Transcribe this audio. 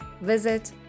visit